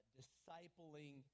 discipling